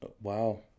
Wow